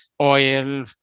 oil